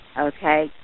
Okay